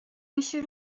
michel